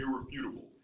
irrefutable